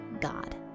God